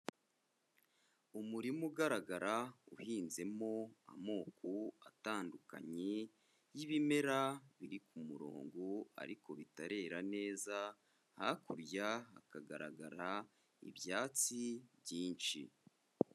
Umurima ugaragara uhinzemo amoko atandukanye y'ibimera biri ku murongo ariko bitarera neza, hakurya hakagaragara ibyatsi byinshi.